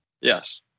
Yes